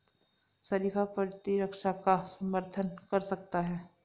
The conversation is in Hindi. शरीफा प्रतिरक्षा का समर्थन कर सकता है